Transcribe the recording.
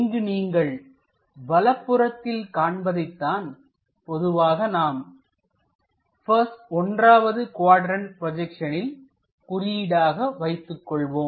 இங்கு நீங்கள் வலப்புறத்தில் காண்பதைத் தான் பொதுவாக நாம் 1வது குவாட்ரண்ட் ப்ரோஜெக்சனின் குறியீடாக வைத்துக்கொள்வோம்